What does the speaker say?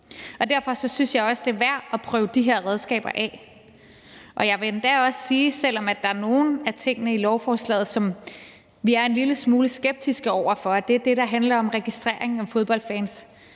og derfor synes jeg også, det er værd at prøve de her redskaber af. Jeg vil endda også gå så langt som til allerede nu at sige – selv om der er nogle af tingene i lovforslaget, som vi er en lille smule skeptiske over for, det er det, der handler om registrering af fodboldfans